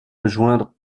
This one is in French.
rejoindre